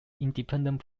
independent